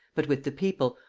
but with the people,